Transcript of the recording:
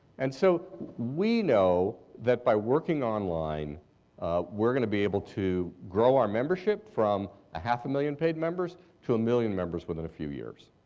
and so we know that by working online we're going to be able to grow our membership from a half a million paid members to a million members within a few years.